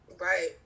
Right